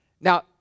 Now